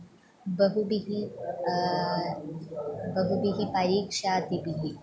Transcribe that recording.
बहुभिः बहुभिः परीक्षाभिः